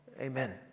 Amen